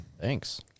Thanks